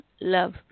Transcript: love